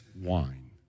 wine